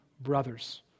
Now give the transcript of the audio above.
brothers